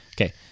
Okay